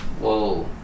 whoa